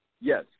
Yes